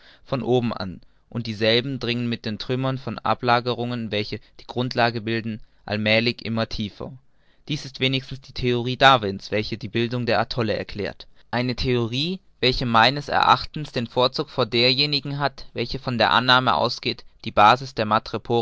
von oben an und dieselben dringen mit den trümmern von ablagerungen welche die grundlagen bilden allmälig immer tiefer dies ist wenigstens die theorie darwin's welche die bildung der atolle erklärt eine theorie welche meines erachtens den vorzug vor derjenigen hat welche von der annahme ausgeht die basis der